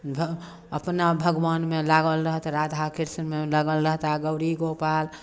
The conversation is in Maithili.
भ अपना भगवानमे लागल रहत राधा कृष्णमे लागल रहता गौरी गोपाल